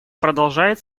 продолжает